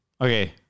okay